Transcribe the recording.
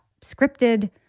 scripted